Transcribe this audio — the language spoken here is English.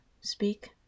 speak